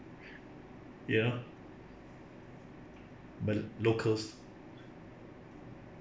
you know mal~ locals